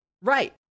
Right